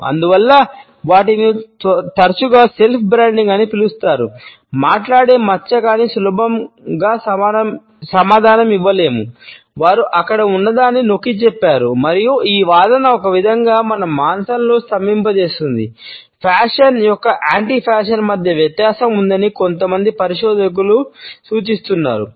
అందువల్ల వాటిని తరచుగా స్వీయ బ్రాండింగ్ మధ్య వ్యత్యాసం ఉందని కొందరు పరిశోధకులు సూచిస్తున్నారు